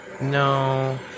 no